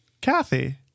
Kathy